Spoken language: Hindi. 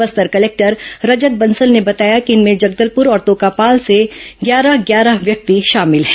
बस्तर कलेक्टर रजत बंसल ने बताया कि इनमें जगदलपुर और तोकापाल से ग्यारह ग्यारह व्यक्ति शामिल हैं